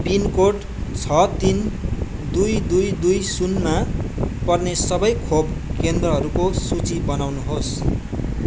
pin code छ तिन दुई दुई दुई शून्यमा पर्ने सबै खोप केन्द्रहरूको सूची बनउनुहोस्